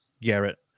garrett